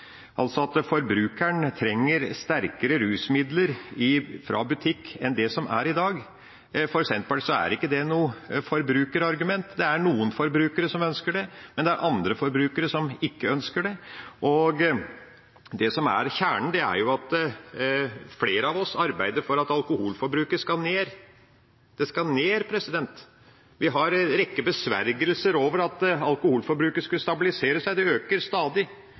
altså at forbrukeren trenger sterkere rusmidler fra butikk enn det som er i dag. For Senterpartiet er ikke det noe forbrukerargument. Det er noen forbrukere som ønsker det, men det er andre forbrukere som ikke ønsker det. Det som er kjernen, er at flere av oss arbeider for at alkoholforbruket skal ned – det skal ned. Vi har en rekke besvergelser over at alkoholforbruket skal stabiliseres, det øker stadig